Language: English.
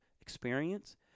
experience